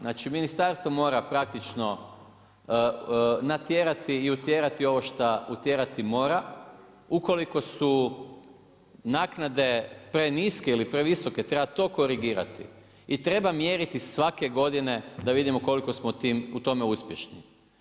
Znači ministarstvo mora praktično natjerati i utjerati ovo šta utjerati mora, ukoliko su naknade preniske ili previsoke treba to korigirati i treba mjeriti svake godine da vidimo koliko smo u tome uspješni.